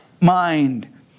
mind